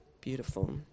beautiful